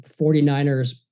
49ers